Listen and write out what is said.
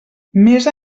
més